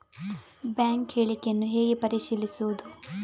Bank ಹೇಳಿಕೆಯನ್ನು ಹೇಗೆ ಪರಿಶೀಲಿಸುವುದು?